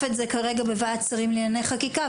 את זה כרגע בוועדת שרים לענייני חקיקה,